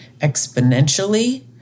exponentially